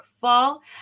fall